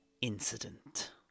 incident